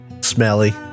Smelly